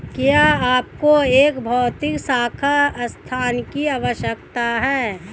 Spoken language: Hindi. क्या आपको एक भौतिक शाखा स्थान की आवश्यकता है?